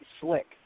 slick